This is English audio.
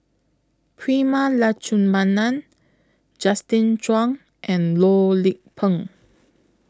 Prema Letchumanan Justin Zhuang and Loh Lik Peng